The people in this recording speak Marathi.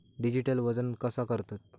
डिजिटल वजन कसा करतत?